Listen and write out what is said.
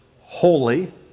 holy